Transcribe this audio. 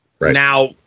Now